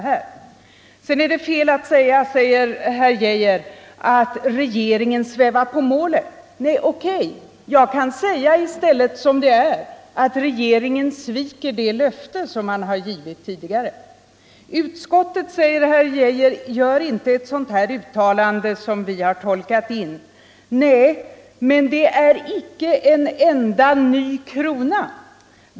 Herr Arne Geijer i Stockholm säger att det är fel att säga att regeringen svävar på målet. Ja, jag kan uttrycka mig bestämdare: regeringen sviker det löfte den har givit tidigare. Utskottet ger inte en enda ny krona.